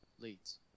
leads